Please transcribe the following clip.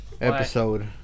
episode